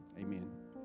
Amen